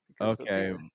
okay